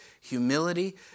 humility